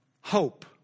hope